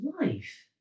life